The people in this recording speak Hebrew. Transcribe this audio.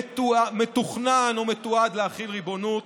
מתוכננת או מתועדת החלת ריבונות.